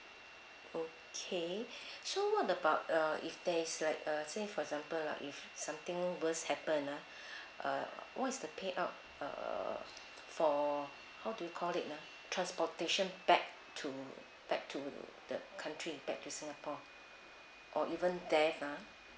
okay so what about uh if there is like uh say for example lah if something worse happen ah uh what is the payout uh for how do you call it ah transportation back to back to the country back to singapore or even death ah